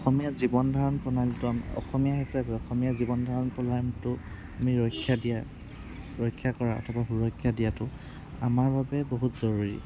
অসমীয়াত জীৱন ধাৰণ প্ৰণালীটো অসমীয়া হিচাপে অসমীয়াত জীৱন ধাৰণ প্ৰণালীটো আমি ৰক্ষা দিয়া ৰক্ষা কৰাটো বা সুৰক্ষা দিয়াটো আমাৰ বাবে বহুত জৰুৰী